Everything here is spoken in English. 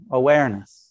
awareness